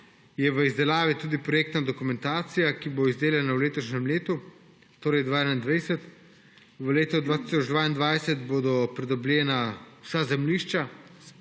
je v izdelavi projektna dokumentacija, ki bo izdelana v letošnjem letu, torej 2021. V letu 2022 bodo pridobljena vsa zemljišča.